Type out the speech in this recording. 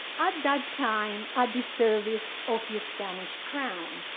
at that time at the service of the spanish crown.